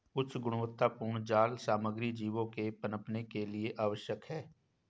उच्च गुणवत्तापूर्ण जाल सामग्री जीवों के पनपने के लिए आवश्यक है